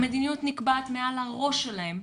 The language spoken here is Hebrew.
המדיניות נקבעת מעל הראש שלהם,